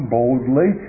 boldly